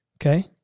Okay